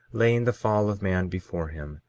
laying the fall of man before him,